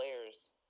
players